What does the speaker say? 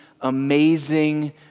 amazing